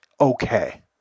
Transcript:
okay